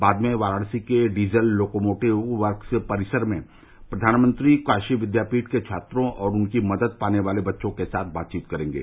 बाद में वाराणसी के डीजल लोकोमोटिव वर्क्स परिसर में प्रधानमंत्री काशी विद्यापीठ के छात्रों और उनकी मदद पाने वाले बच्चों के साथ बातचीत करेंगे